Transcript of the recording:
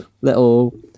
little